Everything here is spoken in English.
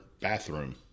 bathroom